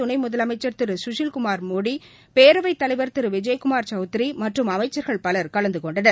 துணை முதலமைச்சர் திரு சுஷில் குமார் மோடி பேரவைத் தலைவர் திரு விஜய்குமார் சவுத்ரி மற்றும் அமைச்சர்கள் பலர் கலந்துகொண்டனர்